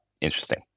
interesting